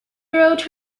wrote